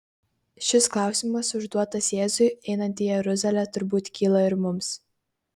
šis klausimas užduotas jėzui einant į jeruzalę turbūt kyla ir mums